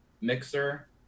mixer